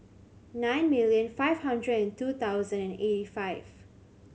nine million five hundred and two thousand eighty five